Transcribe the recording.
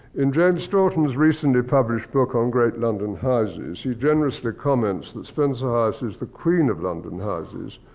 in james stourton's recently published book on great london houses, he generously comments that spencer house is the queen of london houses.